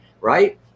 right